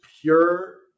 pure